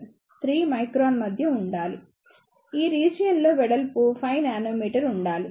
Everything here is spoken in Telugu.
3 మైక్రాన్ మధ్య ఉండాలి ఈ రీజియన్ లో వెడల్పు 5 నానోమీటర్ ఉండాలి